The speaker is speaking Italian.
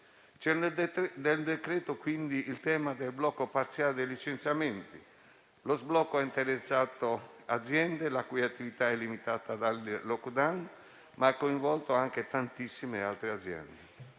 C'è nel decreto, quindi, anche il tema del blocco parziale dei licenziamenti. Lo sblocco ha interessato aziende la cui attività è stata limitata dai *lockdown*, ma ha coinvolto anche tantissime altre aziende*.*